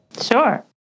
Sure